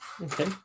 Okay